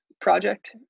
project